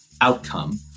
outcome